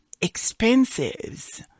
expenses